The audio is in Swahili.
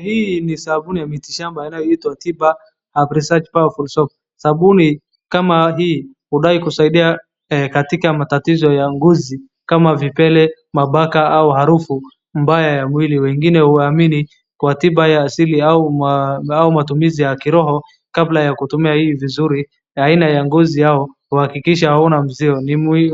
Hii ni sabuni ya mitishamba inayoitwa Tiba Herbs Research Powerful Soap. Sabuni kama hii hudai kusaidia katika matatizo ya ngozi kama vipele, mabaka au harufu mbaya ya mwili. Wengine huamini kwa tiba ya siri au matumizi ya kiroho kabla ya kutumia hii vizuri haina ya ngozi au kuakikisha hauna mzio.